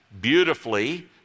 Beautifully